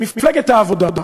מפלגת העבודה,